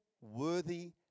worthy